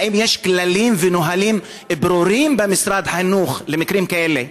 האם יש כללים ונהלים ברורים במשרד החינוך למקרים כאלה?